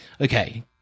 Okay